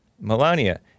Melania